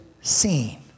seen